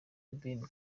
ben